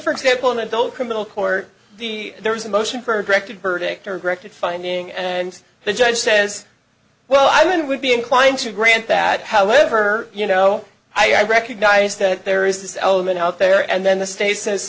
for example in adult criminal court the there was a motion for directed verdict or granted finding and the judge says well i would be inclined to grant that however you know i recognize that there is this element out there and then the state says